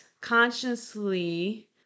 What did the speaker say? consciously